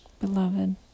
Beloved